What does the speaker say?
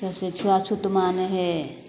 सबसँ छुआछूत मानै हइ